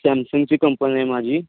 सॅमसंगची company आहे माझी